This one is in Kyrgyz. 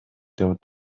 деп